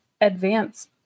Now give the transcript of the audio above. advance